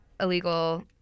illegal